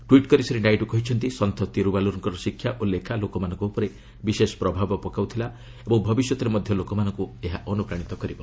tweet କରି ଶ୍ରୀ ନାଇଡୁ କହିଛନ୍ତି ସନ୍ଥ ଥିରୁବାଲୁବାର୍କ ଶିକ୍ଷା ଓ ଲେଖା ଲୋକମାନଙ୍କ ଉପରେ ବିଶେଷ ପ୍ରଭାବ ପକାଇଥିଲା ଏବଂ ଭବିଷ୍ୟତ୍ରେ ମଧ୍ୟ ଲୋକମାନଙ୍କୁ ଅନୁପ୍ରାଣିତ କରିବ